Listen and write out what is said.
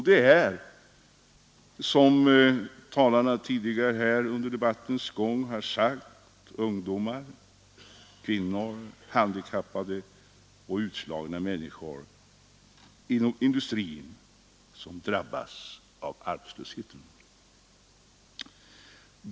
Det är, som talare tidigare här under debattens gång har sagt, ungdomar, kvinnor, handikappade och utslagna människor inom industrin som drabbas av arbetslöshet.